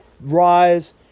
rise